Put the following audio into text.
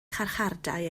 carchardai